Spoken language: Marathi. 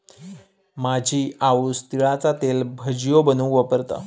माझी आऊस तिळाचा तेल भजियो बनवूक वापरता